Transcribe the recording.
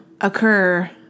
occur